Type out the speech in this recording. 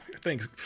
Thanks